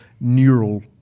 neural